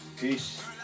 Peace